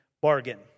bargain